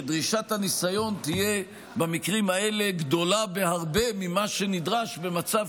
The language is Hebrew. שדרישת הניסיון תהיה במקרים האלה גדולה בהרבה ממה שנדרש במצב